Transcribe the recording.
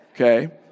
Okay